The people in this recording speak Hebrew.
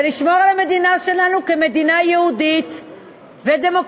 ולשמור על המדינה שלנו כמדינה יהודית ודמוקרטית,